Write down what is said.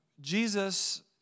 Jesus